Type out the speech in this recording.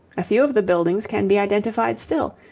a few of the buildings can be identified still,